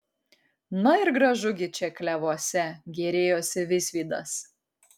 na ir gražu gi čia klevuose gėrėjosi visvydas